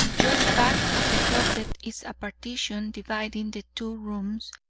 just back of the closet is a partition dividing the two rooms,